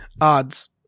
Odds